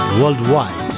worldwide